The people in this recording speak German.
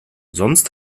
sonst